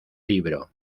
libro